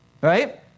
right